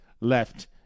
left